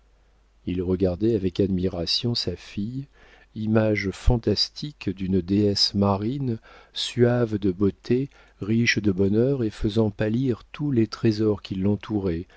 il regardait avec admiration sa fille image fantastique d'une déesse marine suave de beauté riche de bonheur et faisant pâlir tous les trésors qui l'entouraient